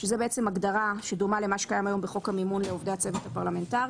זו הגדרה שומה למה שקיים היום בחוק המימון לעובדי הצוות הפרלמנטרי.